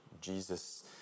Jesus